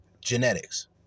genetics